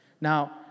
Now